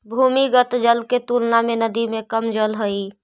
भूमिगत जल के तुलना में नदी में कम जल हई